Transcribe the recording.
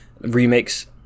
remakes